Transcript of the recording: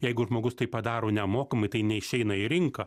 jeigu žmogus tai padaro nemokamai tai neišeina į rinką